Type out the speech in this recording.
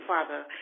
Father